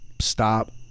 stop